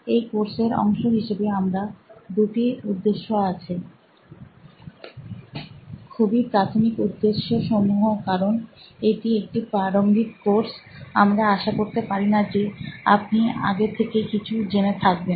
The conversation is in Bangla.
এই কোর্সের অংশ হিসেবে আমার দুটি উদ্দেশ্য আছে খুবই প্রাথমিক উদ্দেশ্যসমূহ কারণ এটি একটি প্রারম্ভিক কোর্স আমরা আশা করতে পারিনা যে আপনি আগে থেকেই কিছু জেনে থাকবেন